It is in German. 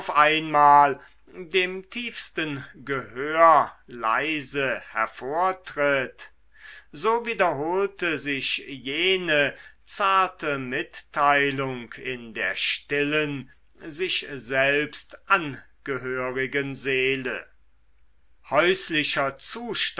einmal dem tiefsten gehör leise hervortritt so wiederholte sich jene zarte mitteilung in der stillen sich selbst angehörigen seele häuslicher